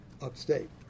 upstate